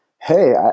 Hey